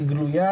היא גלויה.